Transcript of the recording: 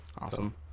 awesome